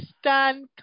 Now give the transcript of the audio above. stand